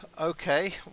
Okay